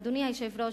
אדוני היושב-ראש,